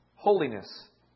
Holiness